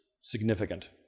significant